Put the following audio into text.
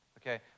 okay